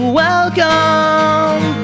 welcome